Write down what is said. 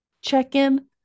check-in